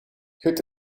het